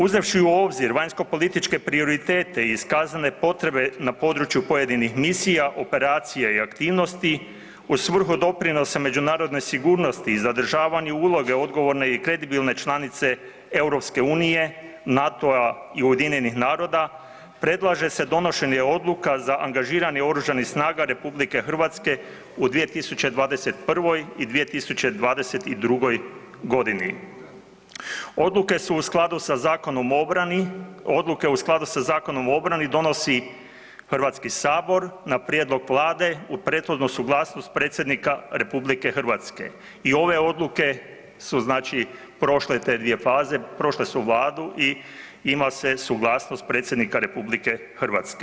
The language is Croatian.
Uzevši u obzir vanjskopolitičke prioritete i iskazane potrebe na području pojedinih misija, operacija i aktivnosti u svrhu doprinosa međunarodnoj sigurnosti i zadržavanju uloge odgovorne i kredibilne članice EU, NATO-a i UN-a, predlaže se donošenje odluka za angažiranje OSRH u 2021. i 2022. g. Odluke su u skladu sa Zakonom o obrani, odluke u skladu sa Zakonom o obrani donosi HS na prijedlog Vlade uz prethodnu suglasnost predsjednika RH i ove odluke su znači, prošle te dvije faze, prošle su Vladu i ima se suglasnost predsjednika RH.